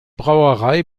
brauerei